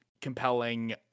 compelling